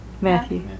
Matthew